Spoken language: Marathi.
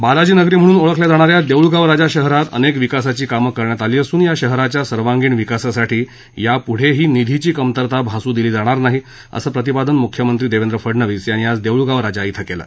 बालाजी नगरी म्हणून ओळखल्या जाणाऱ्या देऊळगावराजा शहरात अनेक विकासाची कामं करण्यात आली असून या शहराच्या सर्वांगिण विकासासाठी यापुढेही निधीची कमतरता भासू दिली जाणार नाही असं प्रतिपादन मुख्यमंत्री देवेंद्र फडणवीस यांनी आज देऊळगांव राजा छिं केलं